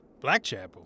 Blackchapel